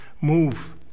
move